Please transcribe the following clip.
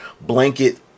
blanket